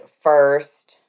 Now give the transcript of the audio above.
first